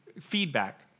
feedback